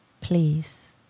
please